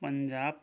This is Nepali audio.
पन्जाब